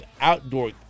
outdoor